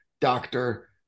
doctor